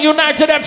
United